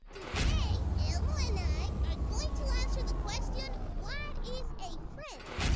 today elmo and i are going to answer the question, what is a friend?